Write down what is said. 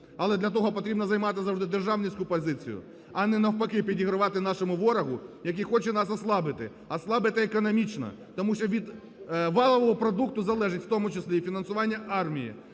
але для того потрібно займати завжди державницьку позицію, а не навпаки підігравати нашому ворогу, який хоче нас ослабити. Ослабити економічно, тому що від валового продукту залежить, в тому числі і фінансування армії.